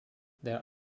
there